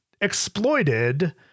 exploited